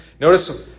Notice